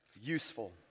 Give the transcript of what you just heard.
Useful